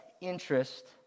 interest